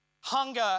hunger